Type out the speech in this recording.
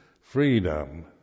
freedom